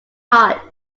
heart